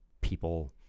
people